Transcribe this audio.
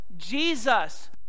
jesus